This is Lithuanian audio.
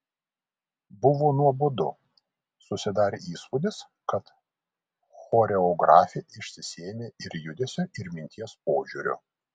buvo nuobodu susidarė įspūdis kad choreografė išsisėmė ir judesio ir minties požiūriu